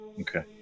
Okay